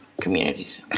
communities